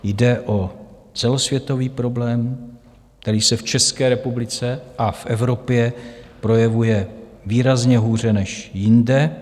Jde o celosvětový problém, který se v České republice a v Evropě projevuje výrazně hůře než jinde.